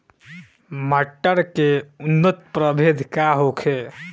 मटर के उन्नत प्रभेद का होखे?